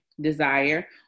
desire